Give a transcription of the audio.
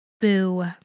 Boo